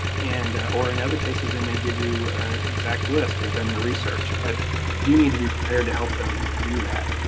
and or in other cases, they may give you exact list, they've done their research, but you need to be prepared to help them do that.